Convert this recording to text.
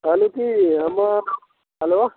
कहलहुॅं कि हमे हैलो